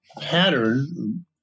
pattern